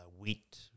wheat